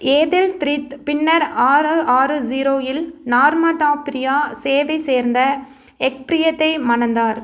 ஏதெல்த்ரித் பின்னர் ஆறு ஆறு ஜீரோவில் நார்மதாப்ரியா சேவை சேர்ந்த எக்ப்ரியத்தை மணந்தார்